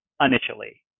initially